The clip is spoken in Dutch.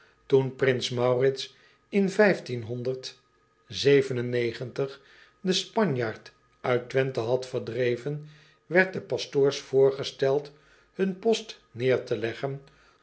oen prins aurits in den panjaard uit wenthe had verdreven werd den pastoors voorgesteld hun post neer te leggen